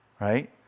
right